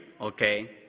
Okay